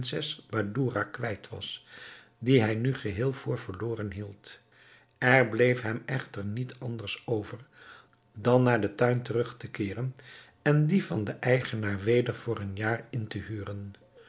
prinses badoura kwijt was dien hij nu geheel voor verloren hield er bleef hem echter niet anders over dan naar den tuin terug te keeren en dien van den eigenaar weder voor een jaar in te huren